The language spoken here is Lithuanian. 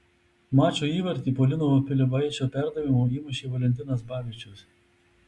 mačo įvartį po lino pilibaičio perdavimo įmušė valentinas babičius